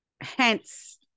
Hence